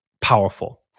powerful